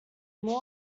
more